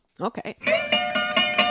okay